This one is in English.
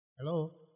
Hello